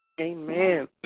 Amen